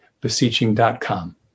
beseeching.com